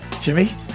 Jimmy